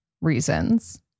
reasons